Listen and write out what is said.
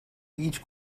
each